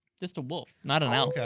just a wolf, not an elf. yeah